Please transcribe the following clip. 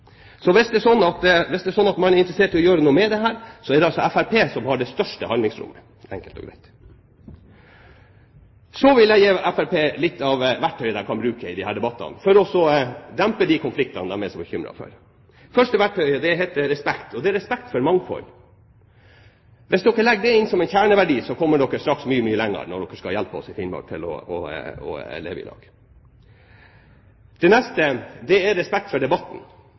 så er det fullt mulig for dem å helle olje på vannet. Det er jo sånn at disse diskusjonene kommer opp med jevne mellomrom – gjerne når det er valgår – og fremst i fakkeltoget går Fremskrittspartiet. Hvis det er sånn at man er interessert i å gjøre noe med dette, er det Fremskrittspartiet som har det største handlingsrommet – enkelt og greit. Nå vil jeg gi Fremskrittspartiet litt av verktøyet de kan bruke i disse debattene for å dempe de konfliktene de er så bekymret for. Det første verktøyet heter respekt, og det er respekt for mangfold. Hvis dere legger det inn som en kjerneverdi, kommer dere straks mye, mye lenger når dere skal hjelpe